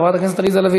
חברת הכנסת עליזה לביא,